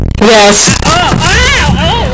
Yes